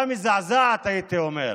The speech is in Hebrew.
מזעזעת, הייתי אומר,